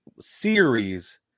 series